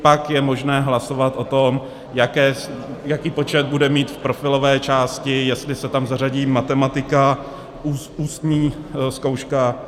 Pak je možné hlasovat o tom, jaký počet bude mít v profilové části, jestli se tam zařadí matematika, ústní zkouška.